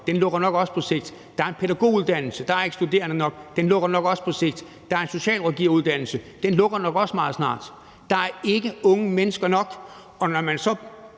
den lukker nok også på sigt. Der er en pædagoguddannelse, og der er ikke studerende nok; den lukker nok også på sigt. Der er en socialrådgiveruddannelse, og den lukker nok også meget snart. Der er ikke unge mennesker nok, og når man så